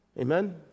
Amen